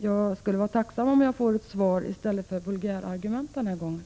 Jag vore tacksam om jag den här gången fick ett svar utan vulgärargument.